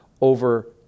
over